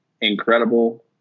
incredible